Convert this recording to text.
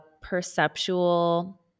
perceptual